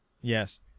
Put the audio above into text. Yes